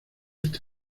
este